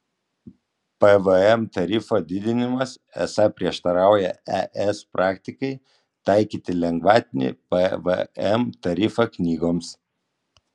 pvm tarifo didinimas esą prieštarauja es praktikai taikyti lengvatinį pvm tarifą knygoms